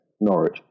Norwich